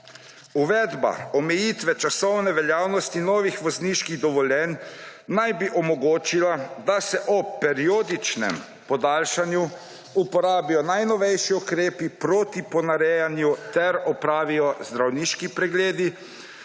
»Uvedba omejitve časovne veljavnosti novih vozniških dovoljenj naj bi omogočila, da se ob periodičnem podaljšanju uporabijo najnovejši ukrepi proti ponarejanju ter opravijo zdravniški pregledi